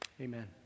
Amen